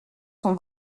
sont